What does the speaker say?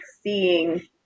seeing –